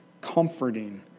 comforting